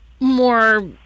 more